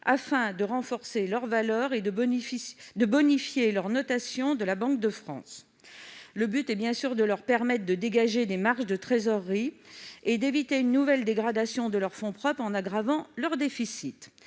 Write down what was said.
afin de renforcer leur valeur et de bonifier leur notation auprès de la Banque de France. Le but est de leur permettre de dégager des marges de trésorerie et d'éviter une nouvelle dégradation de leurs fonds propres en aggravant leurs déficits.